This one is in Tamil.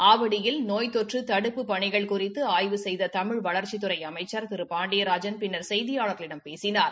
ஆவடியில் நோய் தொற்று தடுப்புப் பணிகள் குறித்து ஆய்வு செய்த தமிழ் வளா்ச்சித்துறை அமைச்சர் திரு பாண்டியராஜன் பின்னர் செயதியாள்களிடம் பேசினார்